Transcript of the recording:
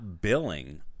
billing